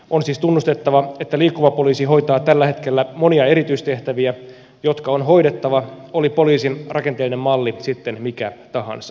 on siis tunnustettava että liikkuva poliisi hoitaa tällä hetkellä monia erityistehtäviä jotka on hoidettava oli poliisin rakenteellinen malli sitten mikä tahansa